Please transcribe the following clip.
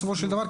בסופו של דבר,